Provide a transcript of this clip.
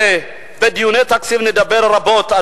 בדיוני התקציב אנחנו נדבר רבות,